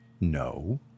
No